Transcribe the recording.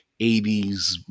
80s